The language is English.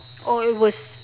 oh it was